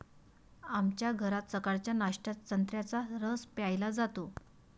आमच्या घरात सकाळच्या नाश्त्यात संत्र्याचा रस प्यायला जातो